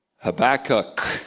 Habakkuk